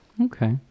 Okay